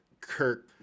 Kirk